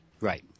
Right